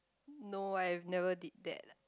no I've never did that